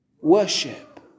worship